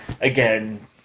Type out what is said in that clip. again